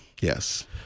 yes